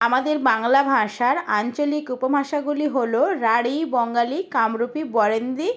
আমাদের বাংলা ভাষার আঞ্চলিক উপভাষাগুলি হলো রাঢ়ী বঙ্গালী কামরূপী বরেন্দ্রী